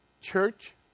church